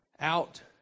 out